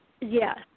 Yes